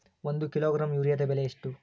ಒಂದು ಕಿಲೋಗ್ರಾಂ ಯೂರಿಯಾದ ಬೆಲೆ ಎಷ್ಟು?